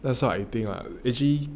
that's what I think lah actually